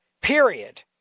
Period